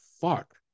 fuck